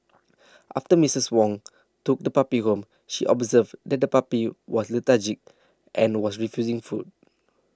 after Missus Wong took the puppy home she observed that the puppy was lethargic and was refusing food